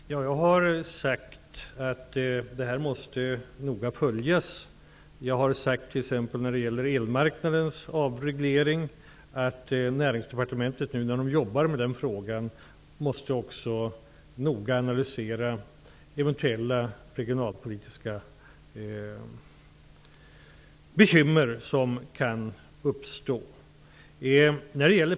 Herr talman! Jag har sagt att det här noga måste följas. Jag har sagt att Näringsdepartementet, nu när man där jobbar med elmarknadens avreglering, noga måste analysera eventuella regionalpolitiska bekymmer som kan uppstå.